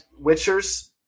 Witchers